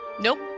Nope